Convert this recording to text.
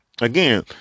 again